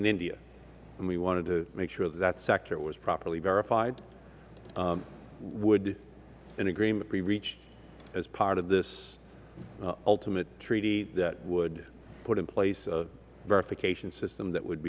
and we wanted to make sure that that sector was properly verified would an agreement be reached as part of this ultimate treaty that would put in place a verification system that would